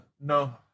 No